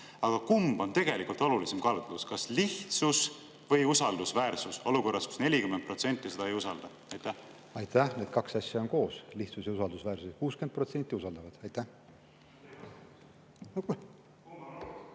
Aga kumb on tegelikult olulisem kaalutlus, kas lihtsus või usaldusväärsus, olukorras, kus 40% [inimestest e‑hääletamist] ei usalda? Aitäh! Need kaks asja on koos: lihtsus ja usaldusväärsus. 60% usaldavad. Aitäh!